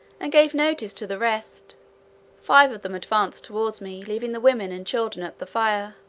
and gave notice to the rest five of them advanced toward me, leaving the women and children at the fire.